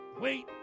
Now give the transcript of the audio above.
wait